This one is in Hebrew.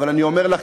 אבל אני אומר לך,